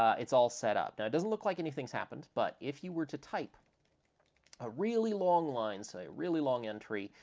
it's all set up. now, it doesn't look like anything has happened, but if you were to type a really long line, say, a really long entry,